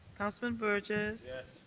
councilman burgess. yes.